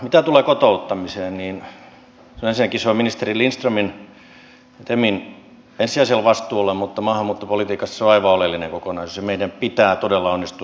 mitä tulee kotouttamiseen niin ensinnäkin se on ministeri lindströmin ja temin ensisijaisella vastuulla mutta maahanmuuttopolitiikassa se on aivan oleellinen kokonaisuus ja meidän pitää todella onnistua siinä